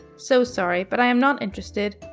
so sorry but i am not interested.